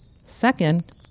Second